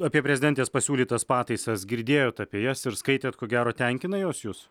apie prezidentės pasiūlytas pataisas girdėjot apie jas ir skaitėt ko gero tenkina jos jus